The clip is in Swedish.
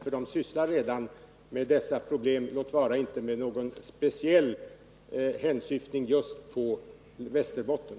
Gruppen sysslar nämligen redan med dessa problem, låt vara att den inte gör det med någon speciell hänsyftning just på Västerbotten.